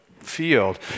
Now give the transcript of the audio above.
Field